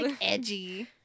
edgy